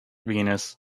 venus